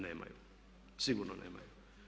Nemaju, sigurno nemaju.